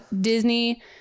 disney